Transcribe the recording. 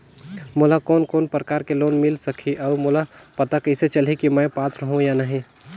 मोला कोन कोन प्रकार के लोन मिल सकही और मोला पता कइसे चलही की मैं पात्र हों या नहीं?